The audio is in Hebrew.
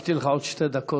הוספתי לך עוד שתי דקות.